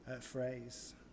phrase